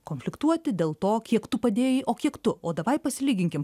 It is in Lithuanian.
konfliktuoti dėl to kiek tu padėjai o kiek tu o davai pasilyginkim